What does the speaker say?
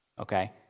okay